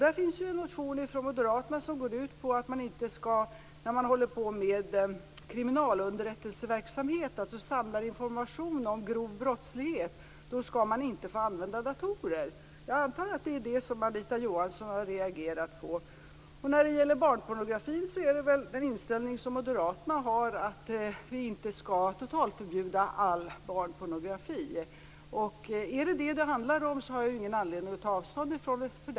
Där finns ju en motion från Moderaterna som går ut på att man inte skall få använda datorer när man håller på med kriminalunderrättelseverksamhet, dvs. samlar information om grov brottslighet. Jag antar att det är det som Anita Johansson har reagerat emot. När det gäller barnpornografin gäller det väl den inställning som Moderaterna har att vi inte skall totalförbjuda all barnpornografi. Om det är detta det handlar om, har jag ingen anledning att ta avstånd ifrån det.